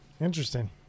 Interesting